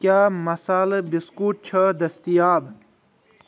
کیٛاہ مصالہٕ بِسکوٗٹ چھا دٔستیاب